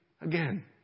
again